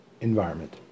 environment